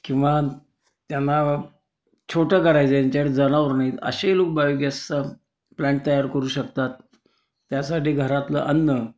किंवा त्यांना छोटं करायचं आहे ज्यांच्याकडं जनावर नाहीत असे लोक बायोगॅसचा प्लँट तयार करू शकतात त्यासाठी घरातलं अन्न